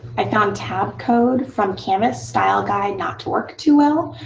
i found tab code from canvas style guide not to work too well.